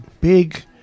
big